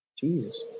Jesus